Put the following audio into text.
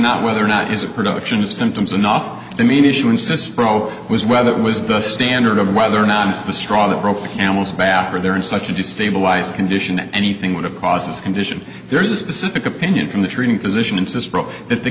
not whether or not is a production of symptoms enough the main issue insists fro was whether it was the standard of whether or not it's the straw that broke the camel's back or they're in such a destabilized condition that anything would have causes condition there's a specific opinion from the treating physician insists that the